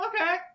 Okay